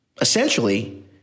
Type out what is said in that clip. Essentially